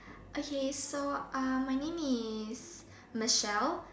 okay so uh my name is Michelle